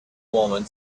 woman